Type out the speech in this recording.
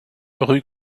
rue